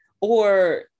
or-